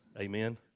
Amen